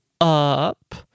up